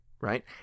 right